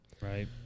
right